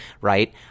right